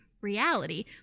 reality